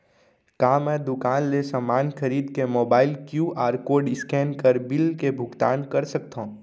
का मैं दुकान ले समान खरीद के mobile QR code scan bill बिल के भुगतान कर सकथव?